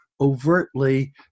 overtly